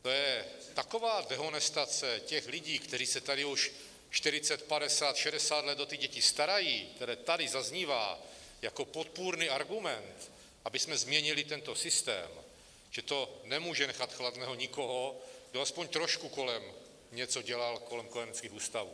To je taková dehonestace těch lidí, kteří se tady už 40, 50, 60 let o ty děti starají, která tady zaznívá jako podpůrný argument, abychom změnili tento systém, že to nemůže nechat chladného nikoho, kdo aspoň trošku něco dělal kolem kojeneckých ústavů!